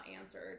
answered